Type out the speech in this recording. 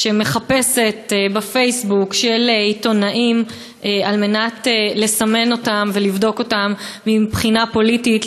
שמחפשת בפייסבוק של עיתונאים כדי לסמן ולבדוק אותם מבחינה פוליטית,